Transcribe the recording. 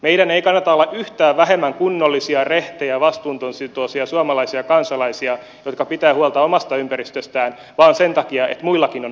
meidän ei kannata olla yhtään vähemmän kunnollisia rehtejä vastuuntuntoisia suomalaisia kansalaisia jotka pitävät huolta omasta ympäristöstään vain sen takia että muillakin on ongelmia